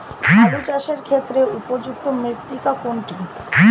আলু চাষের ক্ষেত্রে উপযুক্ত মৃত্তিকা কোনটি?